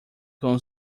com